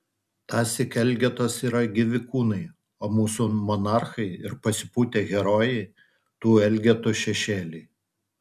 tąsyk elgetos yra gyvi kūnai o mūsų monarchai ir pasipūtę herojai tų elgetų šešėliai